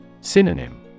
Synonym